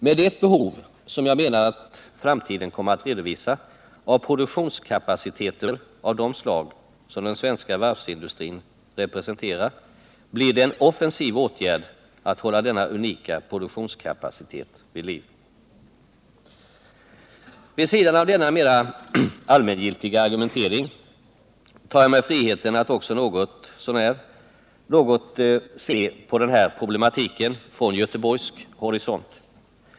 Med det behov som jag menar att framtiden kommer att redovisa av produktionskapaciteter av de slag som den svenska varvsindustrin representerar blir det en offensiv åtgärd att hålla denna unika produktionskapacitet vid liv. Vid sidan av denna mera allmängiltiga argumentering tar jag mig friheten att också något se på den här problematiken från göteborgsk horisont.